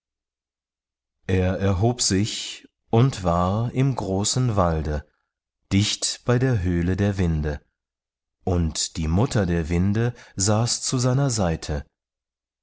er erhob sich und war im großen walde dicht bei der höhle der winde und die mutter der winde saß zu seiner seite